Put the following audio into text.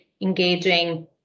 engaging